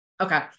Okay